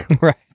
Right